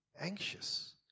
anxious